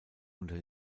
unter